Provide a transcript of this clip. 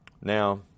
Now